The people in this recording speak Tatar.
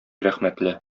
рәхмәтле